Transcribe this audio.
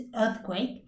earthquake